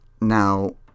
Now